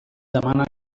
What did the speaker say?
demana